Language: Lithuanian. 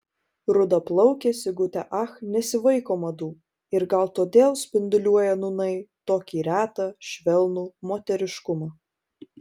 rudaplaukė sigutė ach nesivaiko madų ir gal todėl spinduliuoja nūnai tokį retą švelnų moteriškumą